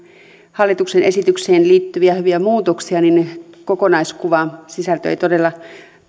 hallituksen esitykseen liittyviä hyviä muutoksia niin kokonaiskuva sisältö ei todella